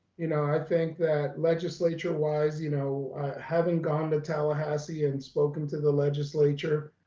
you know i think that legislature wise you know having gone to tallahassee and spoken to the legislature